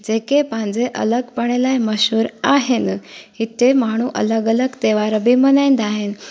जेके पंहिंजे अलॻि पण लाइ मशहूरु आहिनि हिते माण्हू अलॻि अलॻि त्योहार बि मल्हाईंदा आहिनि